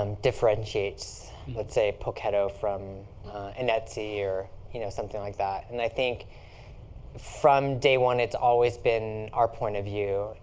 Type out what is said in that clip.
um differentiates, let's say, poketo from an etsy or you know something like that. and i think from day one, it's always been our point of view,